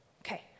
Okay